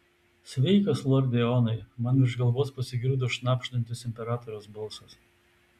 sveikas lorde eonai man virš galvos pasigirdo šnabždantis imperatoriaus balsas